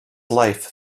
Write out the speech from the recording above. life